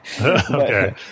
Okay